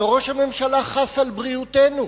הלוא ראש הממשלה חס על בריאותנו.